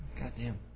Goddamn